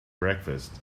breakfast